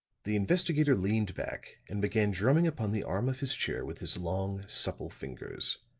the investigator leaned back and began drumming upon the arm of his chair with his long supple fingers.